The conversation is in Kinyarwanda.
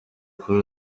kuri